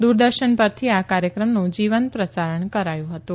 દૂરદર્શન પરથી આ કાર્યક્રમનું જીવંત પ્રસારણ કરાયું હતું